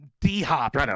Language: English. D-Hop